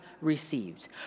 received